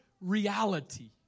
reality